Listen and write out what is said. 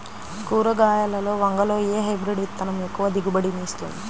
కూరగాయలలో వంగలో ఏ హైబ్రిడ్ విత్తనం ఎక్కువ దిగుబడిని ఇస్తుంది?